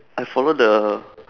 I follow the